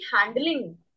handling